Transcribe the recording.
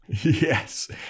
Yes